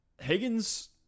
Higgins